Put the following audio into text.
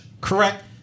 Correct